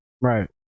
right